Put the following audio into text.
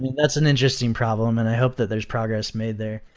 that's an interesting problem and i hope that there's progress made there.